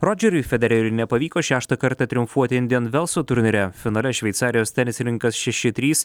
rodžeriui federeriui nepavyko šeštą kartą triumfuoti indijan velso turnyre finale šveicarijos tenisininkas šeši trys